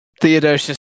Theodosius